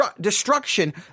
destruction